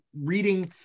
reading